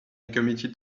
committed